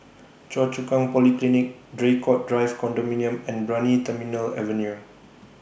Choa Chu Kang Polyclinic Draycott Drive Condominium and Brani Terminal Avenue